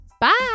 Bye